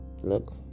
Look